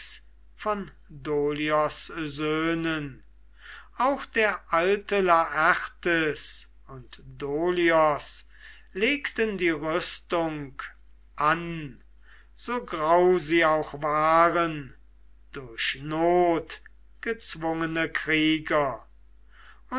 dolios söhnen auch der alte laertes und dolios legten die rüstung an so grau sie auch waren durch not gezwungene krieger